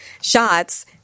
shots